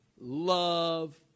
love